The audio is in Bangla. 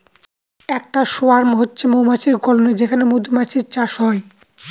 একটা সোয়ার্ম হচ্ছে মৌমাছির কলোনি যেখানে মধুমাছির চাষ হয়